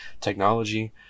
technology